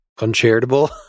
uncharitable